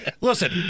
Listen